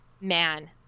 man